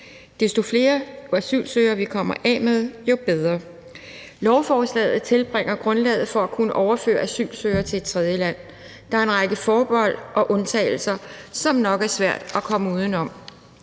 Desto flere asylsøgere vi kommer af med, jo bedre er det. Lovforslaget tilvejebringer grundlaget for at kunne overføre asylsøgere til et tredjeland. Der er en række forbehold og undtagelser, som det nok er svært at komme uden om.